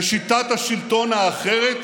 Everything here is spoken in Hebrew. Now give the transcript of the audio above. ושיטת השלטון האחרת